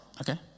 okay